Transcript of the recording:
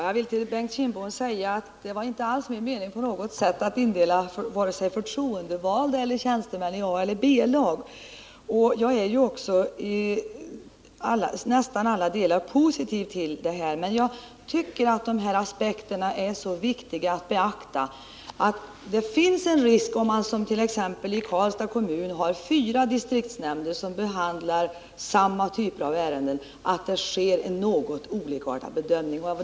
Herr talman! Det var inte alls min mening att indela vare sig förtroendevalda eller tjänstemän i A och B-lag. Jag är också till nästan alla delar positiv till förslaget. Men jag tycker att de här aspekterna är viktiga att beakta. Om man som t.ex. i Karlstads kommun har fyra distriktshämnder som behandlar samma typer av ärenden finns det en risk för en något olikartad bedömning.